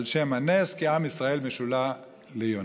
על שם הנס, כי עם ישראל משול ליונה.